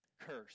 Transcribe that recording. curse